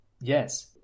Yes